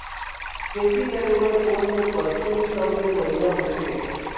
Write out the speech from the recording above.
खेती करे बर कोन से पशु सबले बढ़िया होथे?